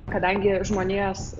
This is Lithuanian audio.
kadangi žmonijos